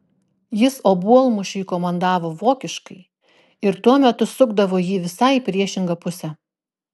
jis obuolmušiui komandavo vokiškai ir tuo metu sukdavo jį visai į priešingą pusę